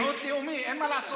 אנחנו מיעוט לאומי, אין מה לעשות.